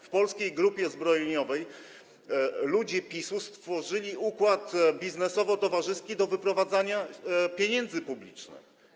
W Polskiej Grupie Zbrojeniowej ludzie PiS-u stworzyli układ biznesowo-towarzyski do wyprowadzania pieniędzy publicznych.